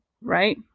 right